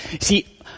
See